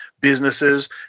businesses